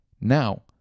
Now